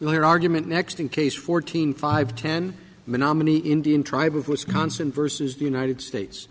know your argument next in case fourteen five ten manami indian tribe of wisconsin versus the united states